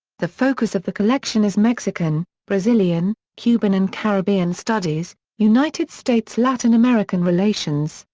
the focus of the collection is mexican, brazilian, cuban and caribbean studies, united states-latin american relations,